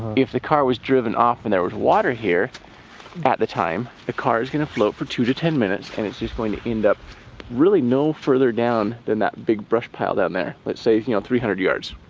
if the car was driven off and there was water here at the time, the car is gonna float for two to ten minutes and it's just going to end up really no further down than that big brush pile down there, let's say you know three hundred yards.